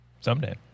Someday